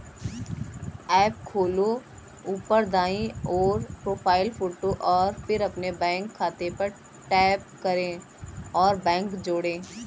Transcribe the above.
app खोलो, ऊपर दाईं ओर, प्रोफ़ाइल फ़ोटो और फिर अपने बैंक खाते पर टैप करें और बैंक जोड़ें